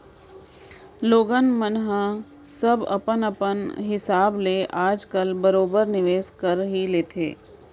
लोगन मन ह सब अपन अपन हिसाब ले आज काल बरोबर निवेस कर ही लेथे